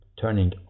Turning